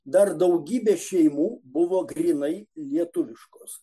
dar daugybė šeimų buvo grynai lietuviškos